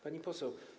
Pani Poseł!